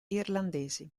irlandesi